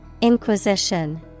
Inquisition